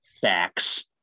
sacks